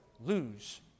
lose